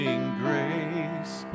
grace